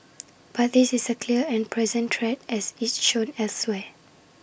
but this is A clear and present threat as it's shown elsewhere